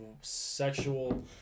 sexual